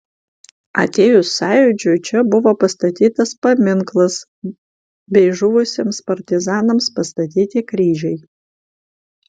atėjus sąjūdžiui čia buvo pastatytas paminklas bei žuvusiems partizanams pastatyti kryžiai